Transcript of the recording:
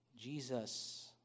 Jesus